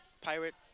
pirate